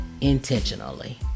intentionally